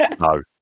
No